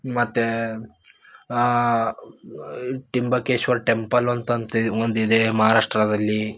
ಮತ್ತು ತ್ರ್ಯಯಂಬಕೇಶ್ವರ್ ಟೆಂಪಲ್ ಒಂತೊಂತ್ ಇ ಒಂದಿದೆ ಮಹಾರಾಷ್ಟ್ರದಲ್ಲಿ